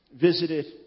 visited